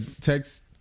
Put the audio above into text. text